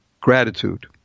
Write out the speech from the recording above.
gratitude